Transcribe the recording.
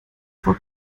vor